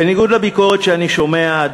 בניגוד לביקורת שאני שומע,